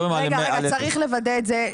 צריך לוודא את זה.